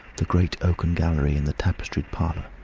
the great oaken gallery, and the tapestried parlour,